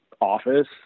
office